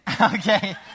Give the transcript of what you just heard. Okay